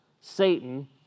Satan